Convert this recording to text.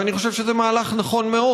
ואני חושב שזה מהלך נכון מאוד.